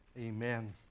Amen